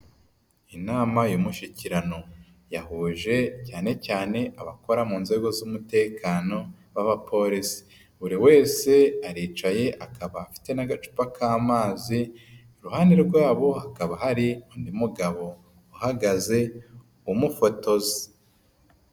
Inama y'umushyikirano yahuje cyane cyane abakora mu nzego z'umutekano b'Abapolisi, buri wese aricaye akaba afite n'agacupa k'amazi, iruhande rwabo hakaba hari undi mugabo uhagaze w'umufotozi.